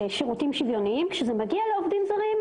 שירותים שוויוניים, כשזה מגיע לעובדים זרים: